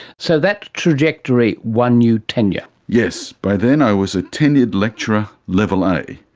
so that trajectory won you tenure. yes, by then i was a tenured lecturer, level a.